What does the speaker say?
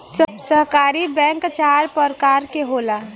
सहकारी बैंक चार परकार के होला